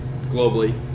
Globally